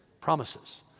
promises